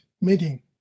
meeting